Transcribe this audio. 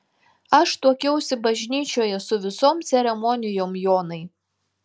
aš tuokiausi bažnyčioje su visom ceremonijom jonai